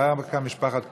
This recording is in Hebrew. גרה כאן משפחת כהן,